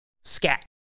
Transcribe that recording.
Scat